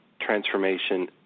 transformation